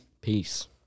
Peace